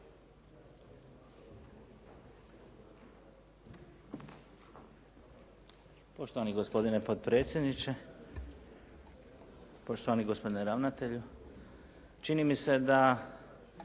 Poštovani gospodine potpredsjedniče, poštovani gospodine ravnatelju. Čini mi se da